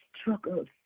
struggles